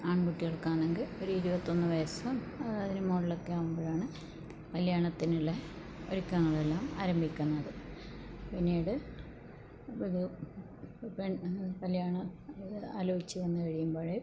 ആൺകുട്ടികൾക്കാണെങ്കിൽ ഒരു ഇരുപത്തിയൊന്ന് വയസ്സും അതിനു മോളിലൊക്കെ ആവുമ്പോഴാണ് കല്യാണത്തിനുള്ള ഒരുക്കങ്ങളെല്ലാം ആരംഭിക്കുന്നത് പിന്നീട് ഒരു പെൺ കല്യാണ ആലോചിച്ചു വന്നു കഴിയുമ്പോൾ